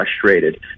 frustrated